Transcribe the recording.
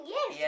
Yes